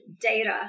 data